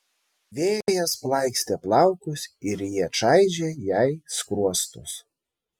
vėjas plaikstė plaukus ir jie čaižė jai skruostus